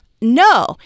No